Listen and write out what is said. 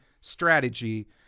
strategy